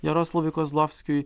jaroslavui kozlovskiui